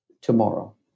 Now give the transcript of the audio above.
tomorrow